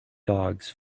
dogs